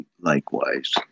likewise